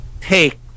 take